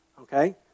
okay